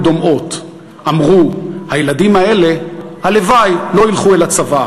דומעות / אמרו: הילדים האלה הלוואי לא ילכו אל הצבא